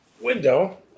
window